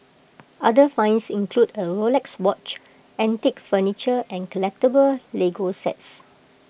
other finds include A Rolex watch antique furniture and collectable Lego sets